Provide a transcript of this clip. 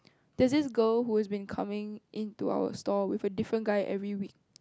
there's this girl who has been coming into our store with a different guy every week